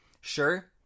sure